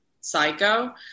Psycho